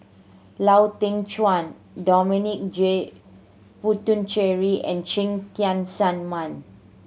Lau Teng Chuan Dominic J Puthucheary and Cheng Tian Sun Man